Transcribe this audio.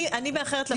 אני מאחרת לפגישה,